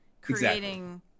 creating